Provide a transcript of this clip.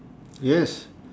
yes